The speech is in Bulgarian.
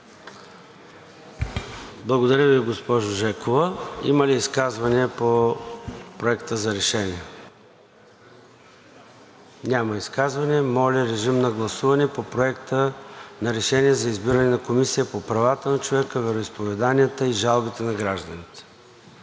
Благодаря Ви, госпожо Жекова. Има ли изказвания по Проекта за решение? Няма. Моля, режим на гласуване по Проекта на решение за избиране на Комисия по правата на човека, вероизповеданията и жалбите на гражданите.